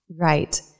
Right